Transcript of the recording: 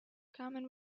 common